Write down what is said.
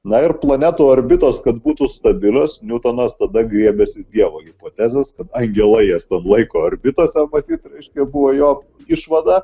na ir planetų orbitos kad būtų stabilios niutonas tada griebiasi dievo hipotezės kad angelai jas ten laiko orbitose matyt reiškia buvo jo išvada